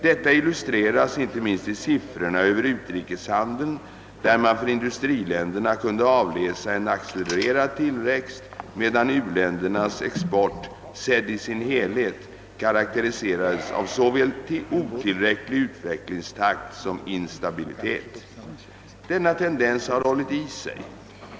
Detta illustreras inte minst i siffrorna över utrikeshandeln där man för industriländerna kunde avläsa en accelererad tillväxt, medan u-ländernas export, sedd i sin helhet, karakteriserades av såväl otillräcklig utvecklingstakt som instabilitet. Denna tendens har hållit i sig.